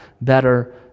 better